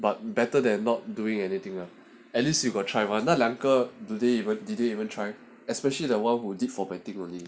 but better than not doing anything lah at least you got try [what] 那两个 do the even did they even try especially the [one] who did for particularly